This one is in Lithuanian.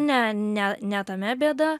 ne ne ne tame bėda